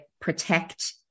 protect